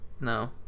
No